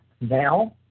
now